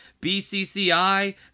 bcci